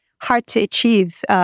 hard-to-achieve